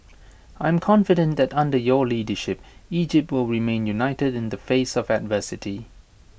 I am confident that under your leadership Egypt will remain united in the face of adversity